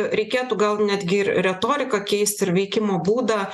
reikėtų gal netgi ir retoriką keist ir veikimo būdą